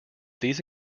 these